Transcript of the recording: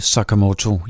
Sakamoto